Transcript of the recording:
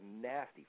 nasty